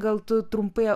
gal tu trumpai